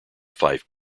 fife